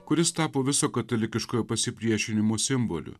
kuris tapo viso katalikiškojo pasipriešinimo simboliu